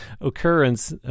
occurrence